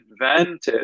invented